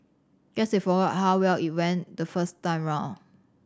guess they forgot how well it went the first time round